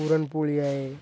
पुरणपोळी आहे